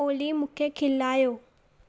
ओली मूंखे खिलायो